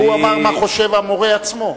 הוא אמר מה חושב המורה עצמו.